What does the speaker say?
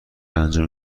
انجام